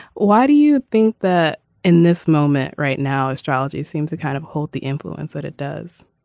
why do you think that in this moment right now astrology seems to kind of hold the influence that it does.